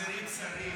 חסרים שרים.